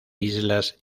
islas